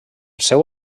seu